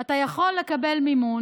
אתה יכול לקבל מימון,